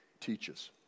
teaches